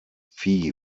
fee